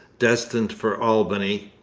destined for albany.